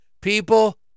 people